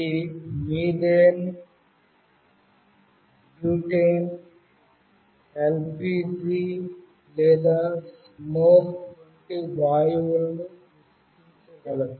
ఇది methane butane LPG లేదా smoke వంటి వాయువులను గుర్తించగలదు